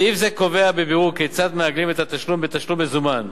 סעיף זה קובע בבירור כיצד מעגלים את התשלום בתשלום מזומן.